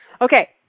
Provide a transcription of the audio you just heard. Okay